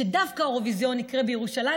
דווקא האירוויזיון יקרה בירושלים,